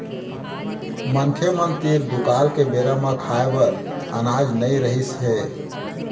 मनखे मन तीर दुकाल के बेरा म खाए बर अनाज नइ रिहिस हे